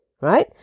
right